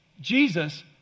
Jesus